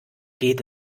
geht